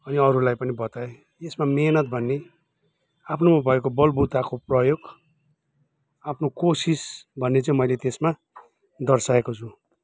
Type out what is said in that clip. अनि अरूलाई पनि बताएँ त्यसमा मिहिनेत भन्ने आफ्नोमा भएको बलबुताको प्रयोग आफ्नो कोसिस भने चाहिँ मैले त्यसमा दर्साएको छु